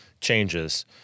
changes